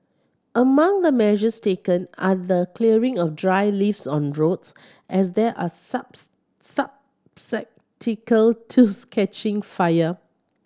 among the measures taken are the clearing of dry leaves on roads as there are subs to catching fire